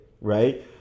right